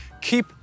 keep